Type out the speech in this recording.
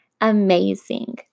amazing